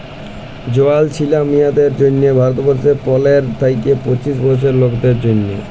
জয়াল ছিলা মিঁয়াদের জ্যনহে ভারতবর্ষলে পলের থ্যাইকে পঁচিশ বয়েসের লকদের জ্যনহে